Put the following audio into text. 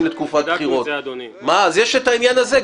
לתקופת בחירות אז יש את העניין הזה.